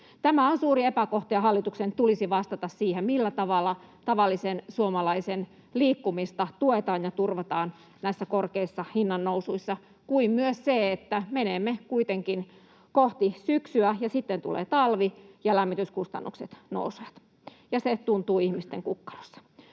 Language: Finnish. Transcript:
Tämä on suuri epäkohta, ja hallituksen tulisi vastata siihen, millä tavalla tavallisen suomalaisen liikkumista tuetaan ja turvataan näissä korkeissa hinnannousuissa, kuin myös siihen, että menemme kuitenkin kohti syksyä ja sitten tulee talvi ja lämmityskustannukset nousevat. Se tuntuu ihmisten kukkarossa.